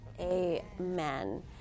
Amen